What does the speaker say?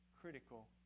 critical